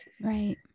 Right